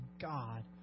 God